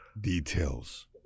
Details